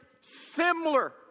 similar